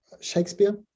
Shakespeare